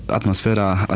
Atmosfera